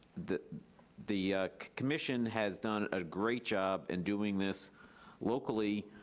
the the commission has done a great job in doing this locally,